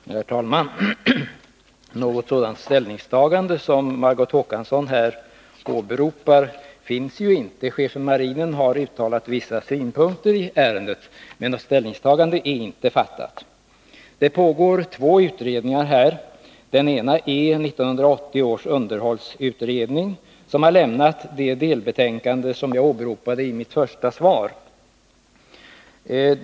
Herr talman! Något sådant ställningstagande som Margot Håkansson här åberopar finns inte. Chefen för marinen har uttalat vissa synpunkter i ärendet, men något ställningstagande har inte gjorts. Det pågår två utredningar på detta område. Den ena är 1980 års underhållsutredning, som har lämnat det delbetänkande jag åberopade i mitt svar.